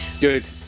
Good